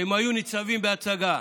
שהם היו ניצבים בהצגה.